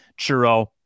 churro